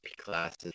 classes